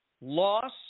loss